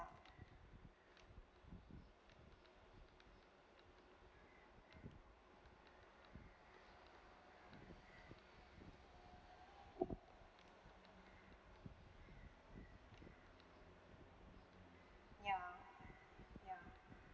ya ya